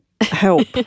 help